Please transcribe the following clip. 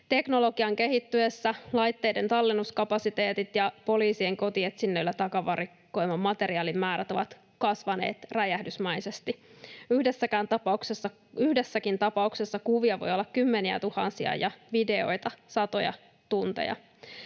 Teknologian kehittyessä laitteiden tallennuskapasiteetit ja poliisien kotietsinnöillä takavarikoiman materiaalin määrät ovat kasvaneet räjähdysmäisesti. Yhdessäkin tapauksessa kuvia voi olla kymmeniätuhansia ja videoita satoja tunteja.